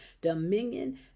dominion